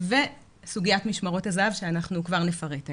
וסוגיית משמרות הזה"ב שכבר נפרט עליה.